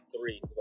three